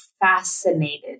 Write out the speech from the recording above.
fascinated